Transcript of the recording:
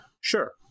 Sure